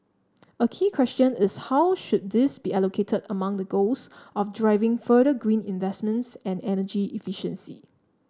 a key question is how should these be allocated among the goals of driving further green investments and energy efficiency